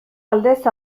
aldez